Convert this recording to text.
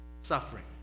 suffering